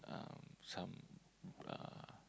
um some uh